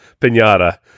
pinata